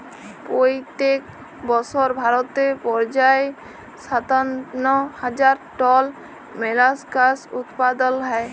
পইত্তেক বসর ভারতে পর্যায়ে সাত্তান্ন হাজার টল মোলাস্কাস উৎপাদল হ্যয়